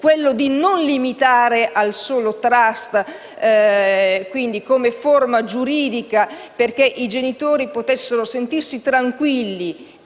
ovvero non limitarsi al solo *trust* come forma giuridica, perché i genitori potessero sentirsi tranquilli